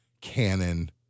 canon